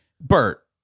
Bert